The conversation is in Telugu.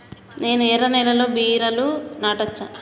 నేను ఎర్ర నేలలో బీరలు నాటచ్చా?